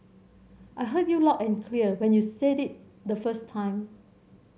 I heard you loud and clear when you said it the first time